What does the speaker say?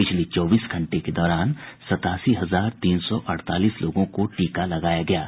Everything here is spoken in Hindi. पिछले चौबीस घंटे के दौरान सतासी हजार तीन सौ अड़तालीस लोगों को टीका लगाया गया है